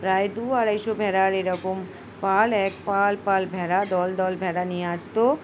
প্রায় দু আড়াইশো ভেড়ার এরকম পাল এক পাল পাল ভেড়া দল দল ভেড়া নিয়ে আসতো